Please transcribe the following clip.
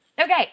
Okay